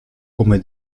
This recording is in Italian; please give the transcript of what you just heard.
come